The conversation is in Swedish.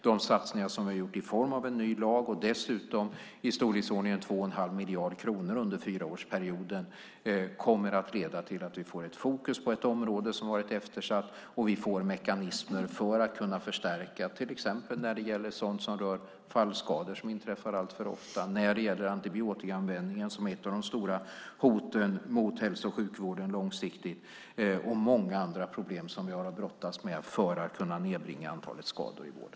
De satsningar vi gjort i form av dels en ny lag, dels i storleksordningen 2 1⁄2 miljarder kronor under fyraårsperioden kommer att leda till att vi får fokus på ett område som varit eftersatt. Vi får mekanismer för att kunna förstärka till exempel sådant som rör fallskador, som alltför ofta inträffar. Vi kan ta itu med antibiotikaanvändningen, som långsiktigt är ett av de stora hoten mot hälso och sjukvården, samt många andra problem som vi har att brottas med för att kunna nedbringa antalet skador i vården.